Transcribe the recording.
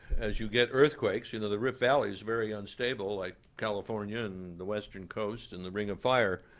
as you get earthquakes, you know the rift valley is very unstable like california and the western coast and the ring of fire.